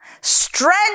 strength